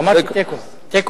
אמרתי תיקו.